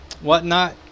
whatnot